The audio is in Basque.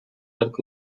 hark